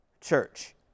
church